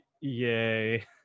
Yay